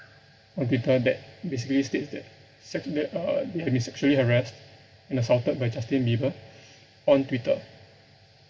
on twitter that basically states that sexu~ uh they have been sexually harassed and assaulted by justin bieber on twitter